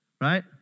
Right